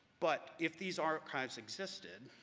but if these archives existed,